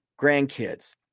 grandkids